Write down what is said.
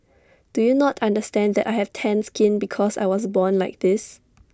do you not understand that I have tanned skin because I was born like this